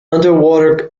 underwater